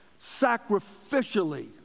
Sacrificially